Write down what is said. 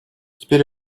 теперь